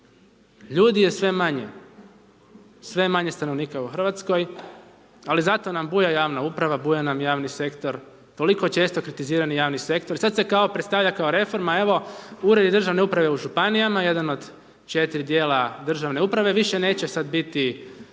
ljudi je sve manje, sve manje stanovnika u Hrvatskoj ali zato nam buja javna uprava, buja nam javni sektor, toliko često kritizirani javni sektor i sada se kao predstavlja kao reforma evo, uredi državne uprave u županijama, jedan od 4 dijela državne uprave, više neće sad biti,